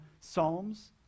Psalms